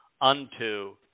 unto